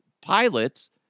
pilots